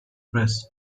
press